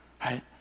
Right